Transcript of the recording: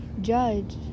judge